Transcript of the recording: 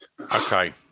Okay